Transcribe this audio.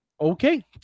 okay